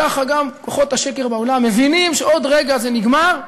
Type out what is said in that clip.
ככה גם כוחות השקר בעולם מבינים שעוד רגע זה נגמר,